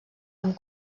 amb